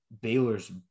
Baylor's